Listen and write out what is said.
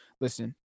listen